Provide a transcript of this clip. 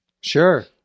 Sure